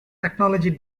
technology